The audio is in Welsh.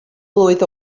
blwydd